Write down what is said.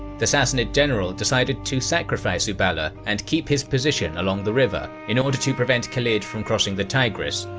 the sassanid general decided to sacrifice uballa and keep his position along the river in order to prevent khalid from crossing the tigris,